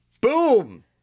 boom